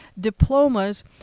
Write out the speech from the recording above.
diplomas